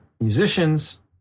musicians